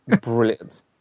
brilliant